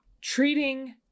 treating